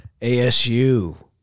ASU